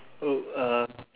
oh uh